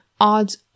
Odds